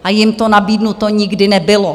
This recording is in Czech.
A jim to nabídnuto nikdy nebylo.